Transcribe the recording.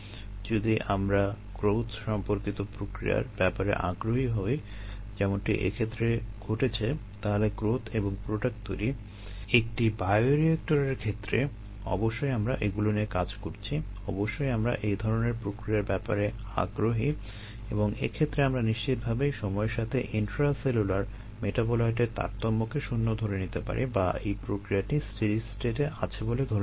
যদি আমরা গ্রোথ সম্পর্কিত প্রক্রিয়ার ব্যাপারে আগ্রহী হই যেমনটি এক্ষেত্রে ঘটেছে তাহলে গ্রোথ এবং প্রোডাক্ট তৈরি একটি বায়োরিয়েক্টরের ক্ষেত্রে অবশ্যই আমরা এগুলো নিয়েই কাজ করছি অবশ্যই আমরা এ ধরনের প্রক্রিয়ার ব্যাপারেই আগ্রহী এবং এ ক্ষেত্রে আমরা নিশ্চিতভাবেই সময়ের সাথে ইন্ট্রাসেলুলার মেটাবোলাইটের তারতম্যকে শূণ্য ধরে নিতে পারি বা এই প্রক্রিয়াটি স্টেডি স্টেটে আছে বলে ধরে নিতে পারি